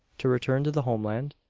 to return to the homeland.